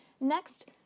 Next